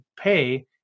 pay